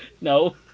No